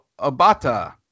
Abata